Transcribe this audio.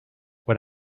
what